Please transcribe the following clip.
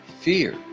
fear